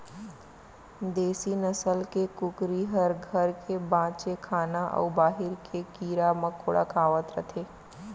देसी नसल के कुकरी हर घर के बांचे खाना अउ बाहिर के कीरा मकोड़ा खावत रथे